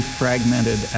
fragmented